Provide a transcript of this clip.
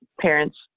parents